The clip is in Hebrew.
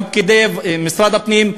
גם פקידי משרד הפנים,